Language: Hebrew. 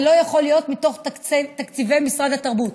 זה לא יכול להיות מתוך תקציבי משרד התרבות,